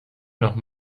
noch